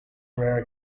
rare